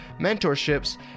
mentorships